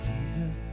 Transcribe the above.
Jesus